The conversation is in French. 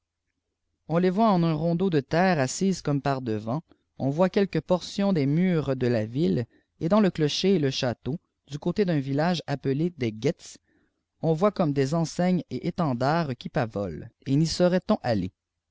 on les voit en un radeau de terre assises comme par devant pn voit quelques portions des murs de la ville et dans ledocher et le château du côté d'un village appelé des guetz on voit comme des enseignes et étendards qui pavolent et n'y saurait-on aller